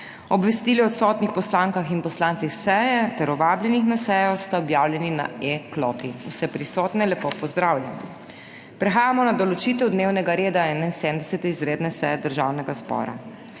Obvestili o odsotnih poslankah in poslancih s seje ter o vabljenih na sejo sta objavljeni na e-klopi. Vse prisotne lepo pozdravljam! Prehajamo na določitev dnevnega reda 71. izredne seje Državnega zbora.